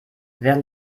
während